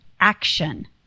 action